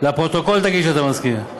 לפרוטוקול תגיד שאתה מסכים.